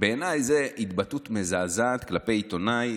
בעיניי זאת התבטאות מזעזעת כלפי עיתונאי.